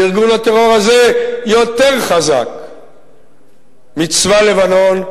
וארגון הטרור הזה יותר חזק מצבא לבנון,